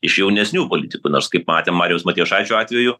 iš jaunesnių politikų nors kaip metėm mariaus matijošaičio atveju